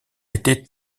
était